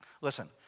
Listen